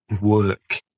work